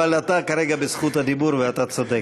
אבל אתה כרגע ברשות הדיבור ואתה צודק.